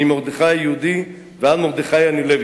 ממרדכי היהודי ועד מרדכי אנילביץ'.